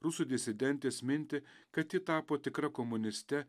rusų disidentės mintį kad ji tapo tikra komuniste